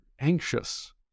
anxious